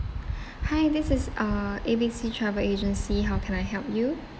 hi this is uh A B C travel agency how can I help you